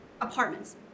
Apartments